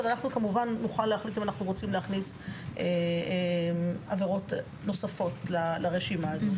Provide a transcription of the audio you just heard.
אנחנו כמובן נוכל להכניס עבירות נוספות לרשימה הזאת.